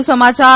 વધુ સમાચાર